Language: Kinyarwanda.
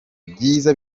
byiza